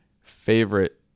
favorite